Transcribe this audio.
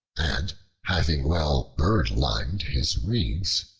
and having well bird-limed his reeds,